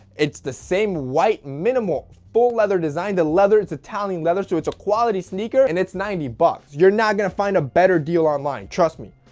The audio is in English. it's the same white minimal, full leather design, the leather it's italian leather so it's a quality sneaker and it's ninety bucks, you're not gonna find a better deal online trust me,